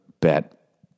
bet